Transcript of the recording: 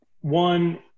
One